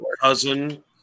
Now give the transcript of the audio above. cousin